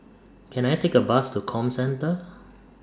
Can I Take A Bus to Comcentre